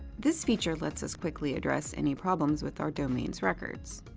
this feature lets us quickly address any problems with our domain's records.